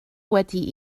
wedi